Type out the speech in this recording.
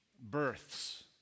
births